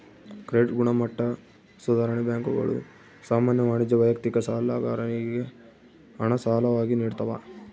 credit ಗುಣಮಟ್ಟ ಸುಧಾರಣೆ ಬ್ಯಾಂಕುಗಳು ಸಾಮಾನ್ಯ ವಾಣಿಜ್ಯ ವೈಯಕ್ತಿಕ ಸಾಲಗಾರರಿಗೆ ಹಣ ಸಾಲವಾಗಿ ನಿಡ್ತವ